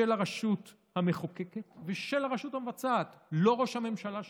של הרשות המחוקקת ושל הרשות המבצעת: לא ראש הממשלה שלי,